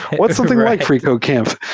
what's something like freecodecamp?